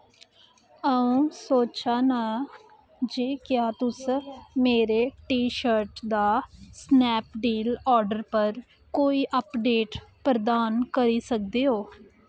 अ'ऊं सोचा नां जे क्या तुस मेरे टी शर्ट दा स्नैपडील आर्डर पर कोई अपडेट प्रदान करी सकदे ओ